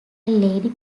lady